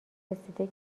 رسیده